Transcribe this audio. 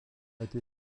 été